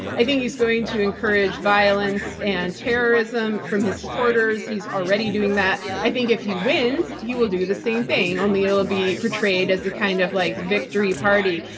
i think he's going to encourage violence and terrorism from his supporters. he's already doing that. i think if he wins, he will do the same thing, only it'll be portrayed as a kind of like victory party.